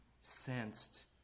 sensed